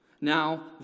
Now